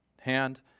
hand